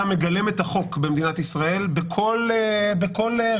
מגלם את החוק במדינת ישראל בכל רמותיו.